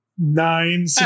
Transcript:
Nine